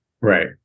Right